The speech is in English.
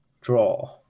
draw